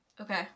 Okay